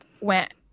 went